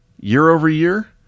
year-over-year